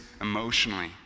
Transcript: emotionally